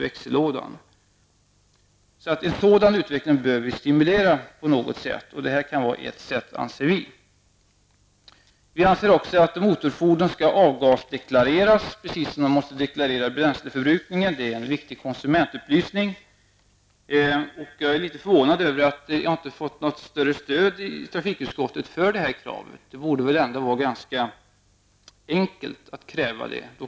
En sådan utveckling bör vi stimulera på något sätt, och vi anser att denna begränsning kan vara ett sätt. Miljöpartiet anser också att motorfordon skall avgasdeklareras, precis som bränsleförbrukningen måste deklareras. Det är en viktig konsumentupplysning. Jag är litet förvånad över att jag inte har fått något större stöd för detta krav i trafikutskottet. Det borde väl ändå vara ganska enkelt att kräva detta.